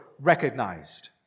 recognized